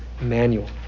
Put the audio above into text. manual